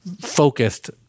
focused